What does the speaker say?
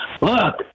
look